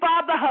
Father